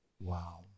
Wow